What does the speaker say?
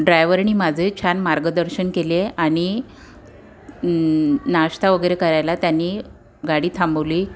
ड्रायव्हरनी माझे छान मार्गदर्शन केले आणि नाश्ता वगैरे करायला त्याने गाडी थांबवली